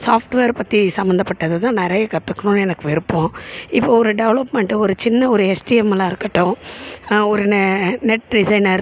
software பற்றி சம்மந்தப்பட்டது தான் நிறைய கற்றுக்கணுன்னு எனக்கு விருப்பம் இப்போ ஒரு டெவலப்மெண்ட் ஒரு சின்ன ஒரு ஹெச்டிஎம்எல்லாக இருக்கட்டும் ஒரு நெ நெட் டிசைனர்